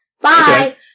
Bye